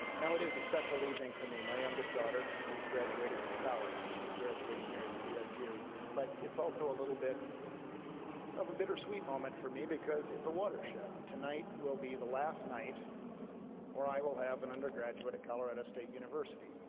now it is a special evening for me, my youngest daughter is graduating from college and she's graduating here at csu but it's also a little bit of a bitter sweet moment for me because it's a watershed, tonight will be the last night where i will have an undergraduate at colorado state university.